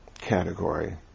category